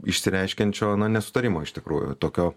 išsireiškiančio nesutarimo iš tikrųjų tokio